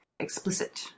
explicit